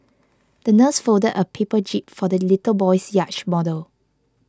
the nurse folded a paper jib for the little boy's yacht model